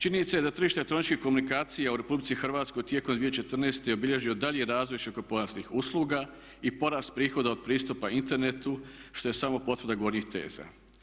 Činjenica je da tržište elektroničkih komunikacija u RH tijekom 2014.je obilježio dalji razvoj širokopojasnih usluga i porast prihoda od pristupa internetu što je samo potvrda gornjih teza.